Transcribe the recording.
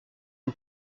une